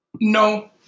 No